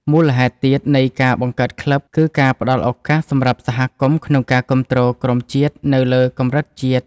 មូលហេតុទៀតនៃការបង្កើតក្លឹប គឺការផ្តល់ឱកាសសម្រាប់សហគមន៍ក្នុងការគាំទ្រក្រុមជាតិនៅលើកម្រិតជាតិ។